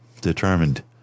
determined